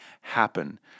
happen